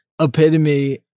epitome